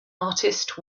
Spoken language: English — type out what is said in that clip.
artist